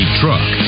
truck